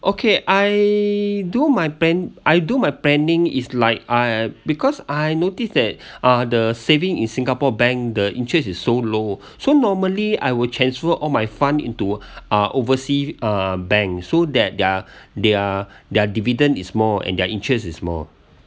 okay I do my pen~ I do my planning is like I because I noticed that uh the saving in singapore bank the interest is so low so normally I will transfer all my fund into uh overseas uh bank so that their their their dividend is more and their interest is more